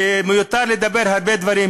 ומיותר לומר הרבה דברים.